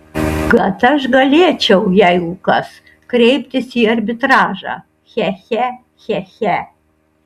kad aš galėčiau jeigu kas kreiptis į arbitražą che che che che